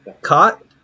Caught